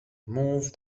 moved